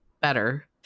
better